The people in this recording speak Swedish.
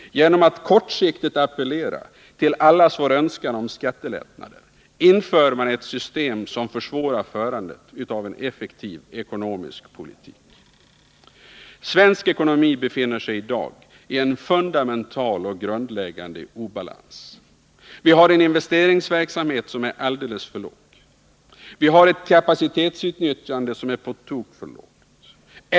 Genom att kortsiktigt appellera till allas vår önskan om skattelättnader inför man ett system som försvårar förandet av en effektiv ekonomisk politik. Svensk ekonomi befinner sig i dag i en fundamental, grundläggande, obalans. Vi har en investeringsverksamhet som är alldeles för dålig. Vi har ett kapacitetsutnyttjande som är på tok för lågt.